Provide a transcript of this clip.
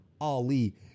Ali